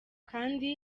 kandi